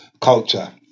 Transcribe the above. culture